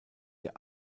der